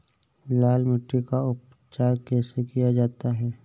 लाल मिट्टी का उपचार कैसे किया जाता है?